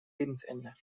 lebensende